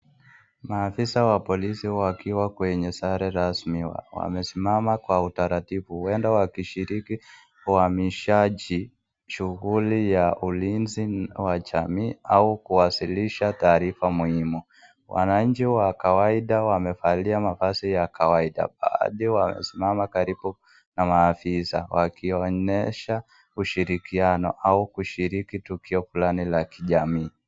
Maafisa wa polisi wakiwa kwenye sare rasmi, wamesimama kwa utaratibu huenda wakishiriki uhamishaji shughuli ya ilinzi wa jamii au taarifa muhimu, wananchi wa kawaida wamevalia mavazi ya kawaida, baadhi wamesimama karibu na maafisa wakionyesha ushirikiano au kushiriki tukio fulani la kijamii.